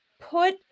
put